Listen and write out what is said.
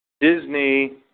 Disney